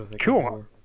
cool